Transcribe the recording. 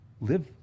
live